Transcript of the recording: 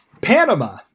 Panama